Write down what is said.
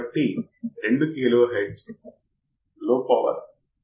కాబట్టి మనకు ఇక్కడ బఫర్ ఉంది అంటే ఇన్వర్టింగ్ ఇన్పుట్ కి ఈ విధంగా ప్రతికూల ఫీడ్బ్యాక్